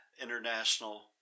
international